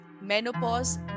menopause